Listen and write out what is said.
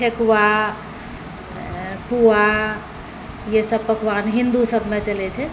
ठेकुआ पुआ ईसब पकवान हिन्दूसबमे चलै छै